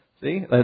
see